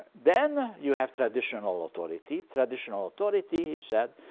then you have traditional authority. traditional authority, he said,